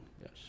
yes